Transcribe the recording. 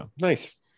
Nice